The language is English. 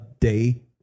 day